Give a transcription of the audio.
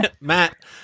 Matt